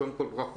קודם כול ברכות.